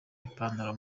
ipantaro